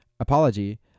Apology